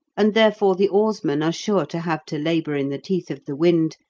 and therefore the oarsmen are sure to have to labour in the teeth of the wind,